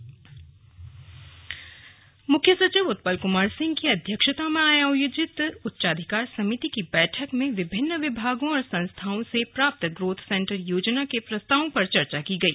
slug growth centre योजना मुख्य सचिव उत्पल कुमार सिंह की अध्यक्षता में आयोजित उच्चाधिकार समिति की बैठक में विभिन्न विभागों और संस्थाओं से प्राप्त ग्रोथ सेंटर योजना के प्रस्तावों पर चर्चा की गई